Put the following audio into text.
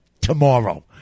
tomorrow